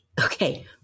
Okay